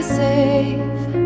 safe